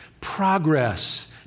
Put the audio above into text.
Progress